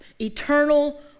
eternal